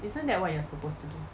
isn't that what you're supposed to do